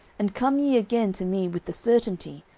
and come ye again to me with the certainty,